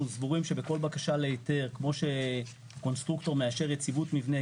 אנחנו סבורים שבכל בקשה להיתר כמו שקונסטרוקטור מאשר יציבות מבנה,